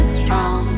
strong